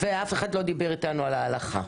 ואף אחד לא דיבר איתנו על ההלכה.